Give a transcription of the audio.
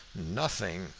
nothing,